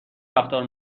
رفتار